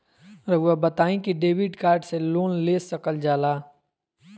रहुआ बताइं कि डेबिट कार्ड से लोन ले सकल जाला?